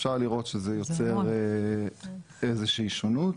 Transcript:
אפשר לראות שזה יוצר איזושהי שונות.